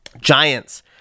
Giants